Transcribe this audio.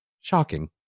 Shocking